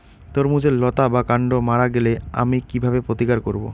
তরমুজের লতা বা কান্ড মারা গেলে আমি কীভাবে প্রতিকার করব?